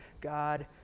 God